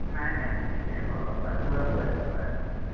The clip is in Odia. ନାହିଁ ନାହିଁ ଆଜ୍ଞା ଭଲ ମୂଳା ନୂଆ ମୂଳା ଏବେ ବାହାରିଛି